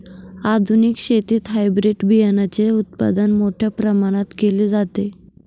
आधुनिक शेतीत हायब्रिड बियाणाचे उत्पादन मोठ्या प्रमाणात केले जाते